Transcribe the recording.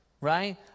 Right